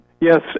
Yes